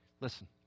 Listen